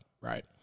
right